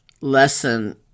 lesson